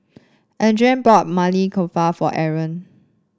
Adrain bought Maili Kofta for Aron